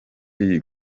iyi